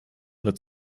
wird